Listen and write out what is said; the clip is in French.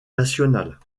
nationales